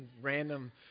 random